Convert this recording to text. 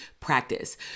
practice